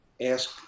ask